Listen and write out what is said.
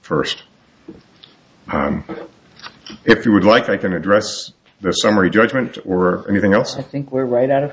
first if you would like i can address the summary judgment were anything else i think were right out of